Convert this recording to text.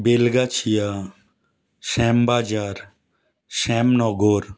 Belgachia Shyambazar Shyamnagar